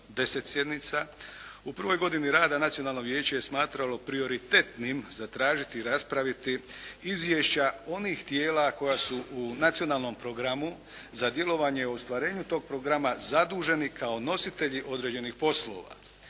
U prvoj godini rada nacionalno vijeće je smatralo prioritetnom zatražiti i raspraviti izvješća onih tijela koja su u nacionalnom programu za djelovanje u ostvarenju tog programa zaduženi kao nositelji određenih poslova.